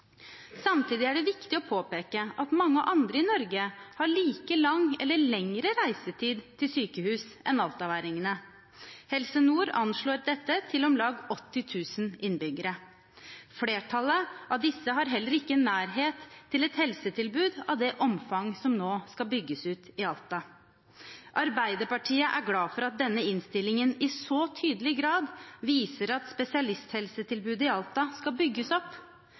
Samtidig er det viktig å påpeke at mange andre i Norge har like lang reisetid til sykehus som altaværingene – eller lengre. Helse Nord anslår dette til om lag 80 000 innbyggere. Flertallet av disse har heller ikke nærhet til et helsetilbud av det omfang som nå skal bygges ut i Alta. Arbeiderpartiet er glad for at denne innstillingen i så tydelig grad viser at spesialisthelsetjenestetilbudet i Alta skal bygges opp.